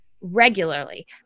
regularly